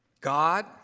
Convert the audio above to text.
God